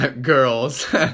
girls